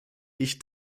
ich